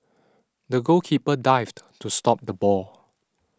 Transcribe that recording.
the goalkeeper dived to stop the ball